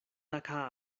acá